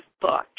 book